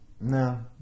No